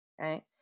right